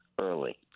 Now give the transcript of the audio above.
early